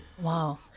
Wow